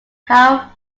how